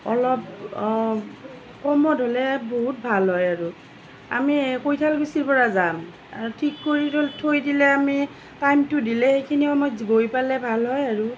অলপ কমত হ'লে বহুত ভাল হয় আৰু আমি কৈঠালগুচিৰপৰা যাম ঠিক কৰি থৈ দিলে আমি টাইমটো দিলে সেইখিনি সময়ত গৈ পালে ভাল হয় আৰু